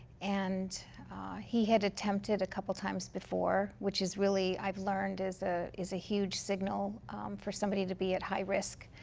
and he had attempted a couple times before, which is really i've learned, is ah is a huge signal for somebody to be at high risk.